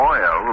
Oil